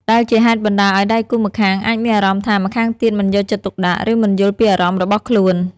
ដែលជាហេតុបណ្តាលឲ្យដៃគូម្ខាងអាចមានអារម្មណ៍ថា ម្ខាងទៀតមិនយកចិត្តទុកដាក់ ឬមិនយល់ពីអារម្មណ៍របស់ខ្លួន។